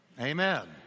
Amen